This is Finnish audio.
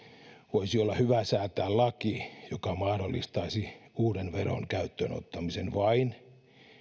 voisi olla hyvä säätää laki joka mahdollistaisi uuden veron käyttöönottamisen vain